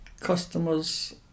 customers